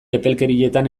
epelkerietan